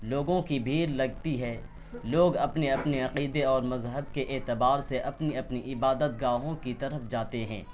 لوگوں کی بھیڑ لگتی ہے لوگ اپنے اپنے عقیدے اور مذہب کے اعتبار سے اپنی اپنی عبادت گاہوں کی طرف جاتے ہیں